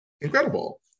Incredible